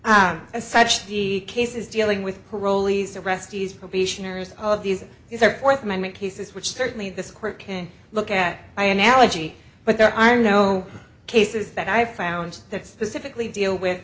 as such the cases dealing with parolees arrestees probationers of these is their fourth amendment cases which certainly this court can look at by analogy but there are no cases that i found that specifically deal with